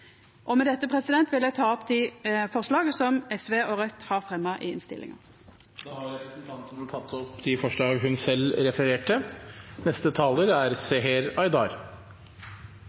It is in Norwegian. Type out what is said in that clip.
Med dette vil eg ta opp dei forslaga som SV og Raudt har fremja i innstillinga. Representanten Ingrid Fiskaa har tatt opp de forslagene hun refererte til. Ingen er